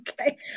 Okay